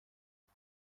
بود